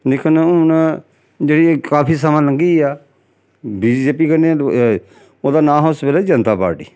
लेकन हून जेह्ड़ी काफी समां लंघी गेआ बी जे पी कन्नै ओह्दा नांऽ हा उस बेल्लै जनता पार्टी